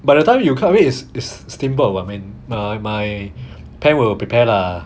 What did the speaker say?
by the time you come here is is steamboat [what] I mean my my pan will prepare lah